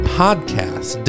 podcast